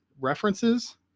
references